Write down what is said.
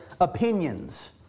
opinions